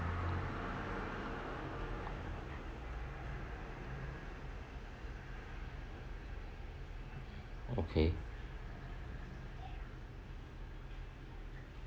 okay